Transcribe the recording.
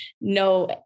No